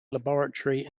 laboratory